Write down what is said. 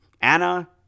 Anna